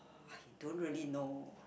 I don't really know